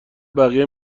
بقیه